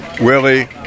Willie